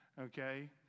okay